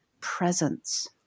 presence